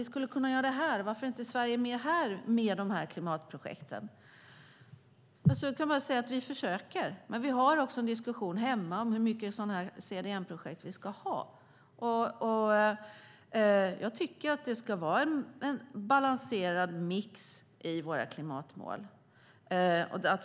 Vem är jag att då stå och säga att de inte får ha sådana här projekt när de absolut vill ha det? Jag kan bara säga att vi försöker, men vi har också en diskussion hemma om hur mycket CDM-projekt vi ska ha. Jag tycker att det ska vara en balanserad mix i våra klimatmål.